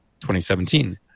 2017